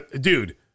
dude